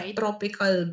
tropical